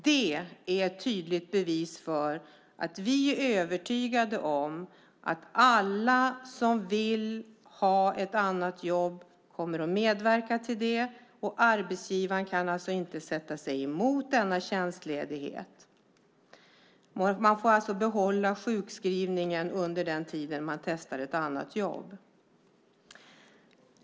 Det är ett tydligt bevis på att vi är övertygade om att alla som vill ha ett annat jobb kommer att medverka till det, och arbetsgivaren kan inte sätta sig emot denna tjänstledighet. Man får behålla sjukskrivningen under den tid man testar ett annat jobb.